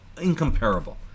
incomparable